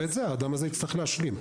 ואת זה האדם הזה יצטרך להשלים.